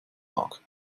mag